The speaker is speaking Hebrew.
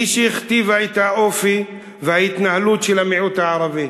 והיא שהכתיבה את האופי ואת ההתנהלות של המיעוט הערבי,